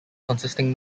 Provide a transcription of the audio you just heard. consisting